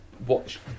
watch